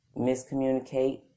miscommunicate